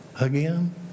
again